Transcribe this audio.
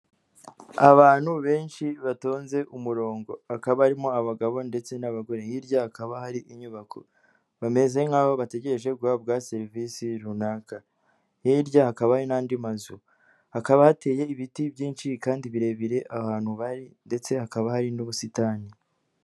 Abantu benshi batonze umurongo hakaba harimo abagabo ndetse n'abagore, hirya hakaba hari inyubako bameze nk'aho bategereje guhabwa serivisi runaka, hirya hakaba hari n'andi mazu hakaba hateye ibiti byinshi kandi birebire, ahantu bari ndetse hakaba hari n'ubusitani.